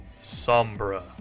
Sombra